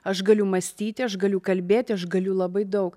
aš galiu mąstyti aš galiu kalbėti aš galiu labai daug